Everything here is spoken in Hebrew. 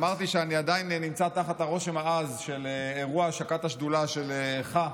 אמרתי שאני עדיין נמצא תחת הרושם העז של אירוע השקת השדולה שלך,